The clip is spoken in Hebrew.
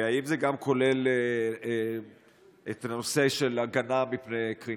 והאם זה גם כולל את הנושא של הגנה מפני קרינה.